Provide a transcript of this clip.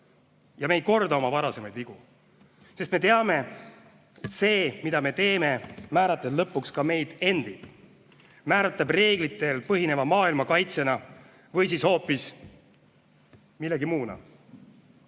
Ja me ei korda oma varasemaid vigu, sest me teame, et see, mida me teeme, määratleb lõpuks ka meid endid, määratleb reeglitel põhineva maailma kaitsjana või siis hoopis millegi muuna.